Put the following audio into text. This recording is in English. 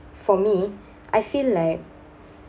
for me I feel like